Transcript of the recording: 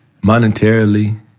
monetarily